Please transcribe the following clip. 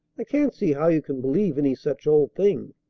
i can't see how you can believe any such old thing.